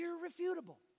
irrefutable